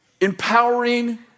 empowering